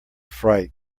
fright